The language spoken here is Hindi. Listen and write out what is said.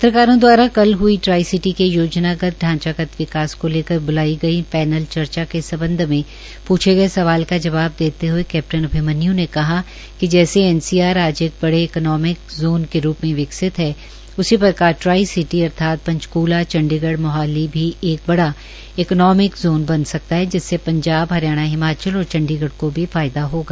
पत्रकारों द्वारा कल हुई ट्राई सिटी के योजनागत ढांचागत विकास को लेकर ब्लाई गई पैनल चर्चा के संबंध में प्छे गए सवाल का जवाब देते हए कैप्टन अभिमन्य् ने कहा कि जैसे एनसीआर आज एक बड़े इकानॉमिक जॉन के रूप में विकसित है उसी प्रकार ट्राई सिटी अर्थात पंचक्ला चण्डीगढ एसएएस नगरमोहाली भी एक बड़ा इकानॉमिक जॉन बन सकता है जिससे पंजाब हरियाणा हिमाचल और चंडीगढ़ को भी फायदा होगा